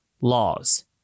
laws